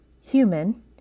human